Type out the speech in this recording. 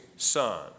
Son